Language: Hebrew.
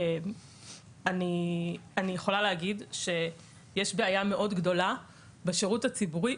אני יכולה להגיד שיש בעיה מאוד גדולה בשירות הציבורי,